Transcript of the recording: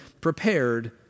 prepared